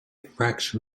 fraction